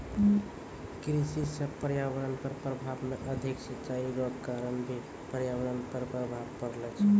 कृषि से पर्यावरण पर प्रभाव मे अधिक सिचाई रो कारण भी पर्यावरण पर प्रभाव पड़ै छै